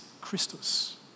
Christus